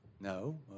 No